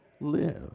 live